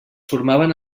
formaven